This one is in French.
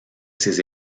ses